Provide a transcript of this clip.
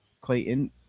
Clayton